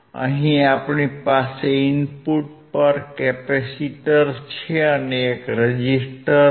અહીં આપણી પાસે ઇનપુટ પર કેપેસિટર છે અને એક રેઝિસ્ટર છે